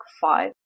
five